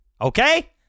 okay